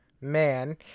man